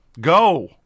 Go